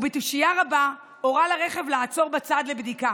בתושייה רבה הוא הורה לרכב לעצור בצד לבדיקה.